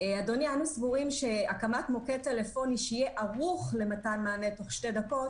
אנחנו סבורים שהקמת מוקד טלפוני שיהיה ערוך למתן מענה תוך שתי דקות